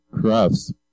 crafts